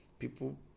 People